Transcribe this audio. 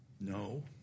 No